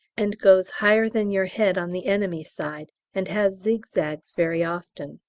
and goes higher than your head on the enemy side, and has zigzags very often.